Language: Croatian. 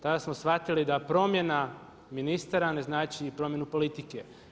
Tada smo shvatili da promjena ministara ne znači i promjenu politike.